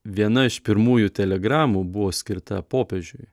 viena iš pirmųjų telegramų buvo skirta popiežiui